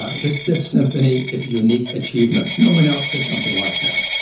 ah his fifth symphony is a unique achievement. no one else did something like that,